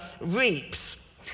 reaps